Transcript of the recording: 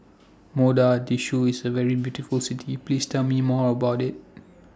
Mogadishu IS A very beautiful City Please Tell Me More about IT